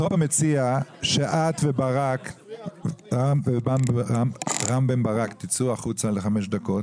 טרופר מציע שאת ורם בן ברק תצאו החוצה לחמש דקות